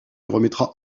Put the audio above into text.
remettra